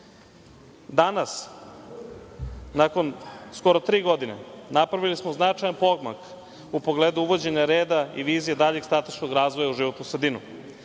nakon skoro tri godine, napravili smo značajan pomak u pogledu uvođenja reda i vizije daljeg strateškog razvoja u životnu sredinu.